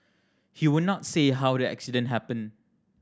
he would not say how the accident happened